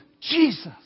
Jesus